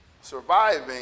surviving